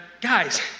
guys